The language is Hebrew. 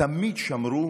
תמיד שמרו